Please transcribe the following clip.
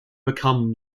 become